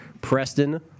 Preston